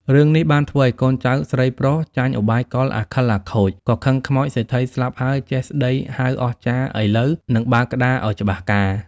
រឿងនេះបានធ្វើឲ្យកូនចៅស្រីប្រុសចាញ់ឧបាយកលអាខិលអាខូច ក៏ខឹងខ្មោចសេដ្ឋីស្លាប់ហើយចេះស្ដីហៅអស្ចារ្យឥឡូវ នឹងបើក្ដារឱ្យច្បាស់ការ។